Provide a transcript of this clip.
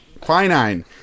Quinine